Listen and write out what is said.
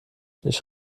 ich